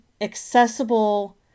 accessible